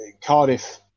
Cardiff